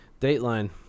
Dateline